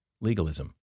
legalism